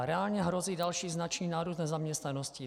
Reálně hrozí další značný nárůst nezaměstnanosti.